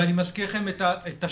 ואני מזכיר לכם את השורש.